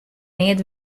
neat